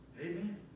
Amen